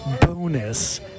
bonus